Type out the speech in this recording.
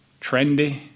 trendy